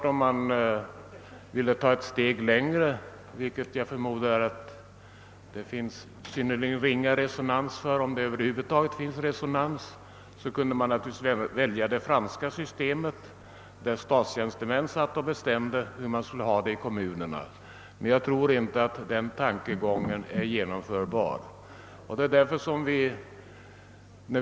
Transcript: Om man vill gå ett steg längre — vilket jag förmodar att det finns ringa om ens någon resonans för — skulle man ju kunna välja det franska systemet, där statstjänstemän bestämmer hur man skall ha det i kommunerna. Men jag tror inte att det systemet skulle vara genomförbart här.